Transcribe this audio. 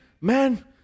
man